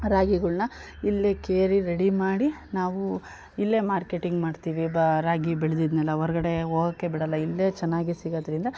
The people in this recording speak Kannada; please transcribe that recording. ರಾಗಿಗಳನ್ನ ಇಲ್ಲೇ ಕೇರಿ ರೆಡಿ ಮಾಡಿ ನಾವು ಇಲ್ಲೇ ಮಾರ್ಕೆಟಿಂಗ್ ಮಾಡ್ತೀವಿ ಬಾ ರಾಗಿ ಬೆಳೆದಿದ್ನೆಲ್ಲ ಹೊರ್ಗಡೆ ಹೋಗಕ್ಕೆ ಬಿಡೋಲ್ಲ ಇಲ್ಲೇ ಚೆನ್ನಾಗಿ ಸಿಗೋದ್ರಿಂದ